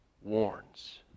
warns